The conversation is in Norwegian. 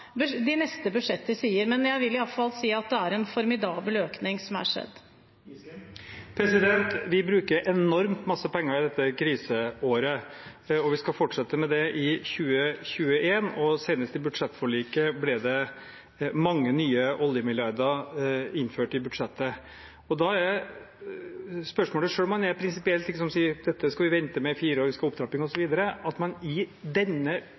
de neste budsjetter sier, men jeg vil iallfall si at det er en formidabel økning som har skjedd. Vi bruker enormt masse penger i dette kriseåret, og vi skal fortsette med det i 2021. Senest i budsjettforliket ble mange nye oljemilliarder innført i budsjettet. Da er spørsmålet om man – selv om man prinsipielt sier at dette skal vi vente med i fire år, vi skal ha en opptrapping osv. – i denne